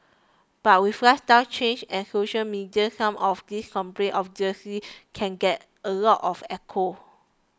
but with lifestyle changes and social media some of these complaints obviously can get a lot of echo